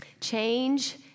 Change